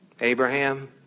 Abraham